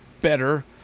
better